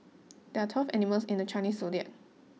there are twelve animals in the Chinese zodiac